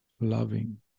loving